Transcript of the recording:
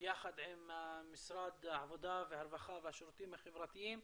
ביחד עם משרד העבודה והרווחה והשירותים החברתיים,